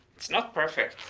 it's not perfect,